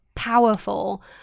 powerful